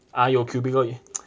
ah 有 cubicle